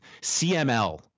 CML